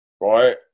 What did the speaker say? Right